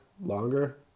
longer